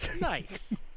Nice